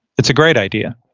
it's a great idea.